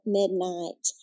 midnight